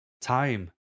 time